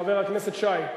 חבר הכנסת שי,